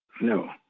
No